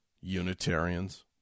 unitarians